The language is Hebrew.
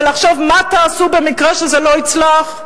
ולחשוב מה תעשו במקרה שזה לא יצלח?